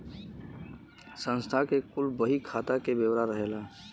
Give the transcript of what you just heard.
संस्था के कुल बही खाता के ब्योरा रहेला